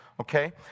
okay